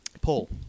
Paul